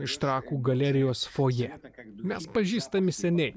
iš trakų galerijos fojė mes pažįstami seniai